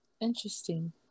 Interesting